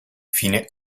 fine